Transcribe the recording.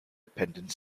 dependent